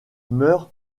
meurt